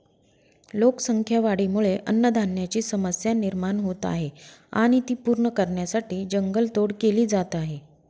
लोकसंख्या वाढीमुळे अन्नधान्याची समस्या निर्माण होत आहे आणि ती पूर्ण करण्यासाठी जंगल तोड केली जात आहे